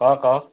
ହଁ କହ